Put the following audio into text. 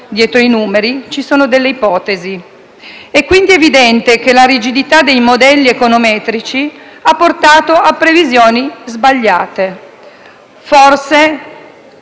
dietro i numeri ci sono delle ipotesi. È quindi evidente che la rigidità dei modelli econometrici ha portato a previsioni sbagliate, ma